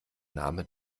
name